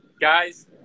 Guys